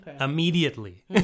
immediately